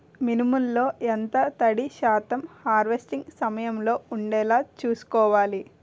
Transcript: మినుములు లో ఎంత తడి శాతం హార్వెస్ట్ సమయంలో వుండేలా చుస్కోవాలి?